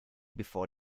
before